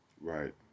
Right